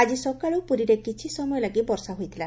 ଆକି ସକାଳୁ ପୁରୀରେ କିଛି ସମୟ ଲାଗି ବର୍ଷା ହୋଇଥିଲା